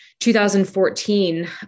2014